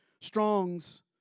Strong's